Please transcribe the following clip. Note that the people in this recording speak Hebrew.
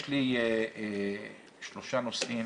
יש לי שלושה נושאים